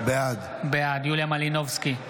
בעד יוליה מלינובסקי,